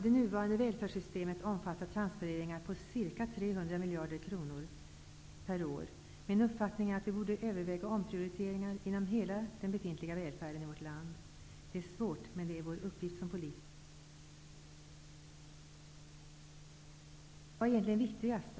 Det nuvarande välfärdssystemet omfattar transfereringar på ca 300 miljarder kronor per år. Min uppfattning är att vi borde överväga omprio riteringar inom hela den befintliga välfärden i vårt land. Det är svårt, men det är vår uppgift som po litiker. Vad är egentligen viktigast?